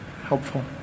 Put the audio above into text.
helpful